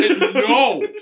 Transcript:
no